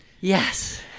Yes